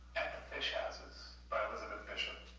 at the fish houses by elizabeth bishop.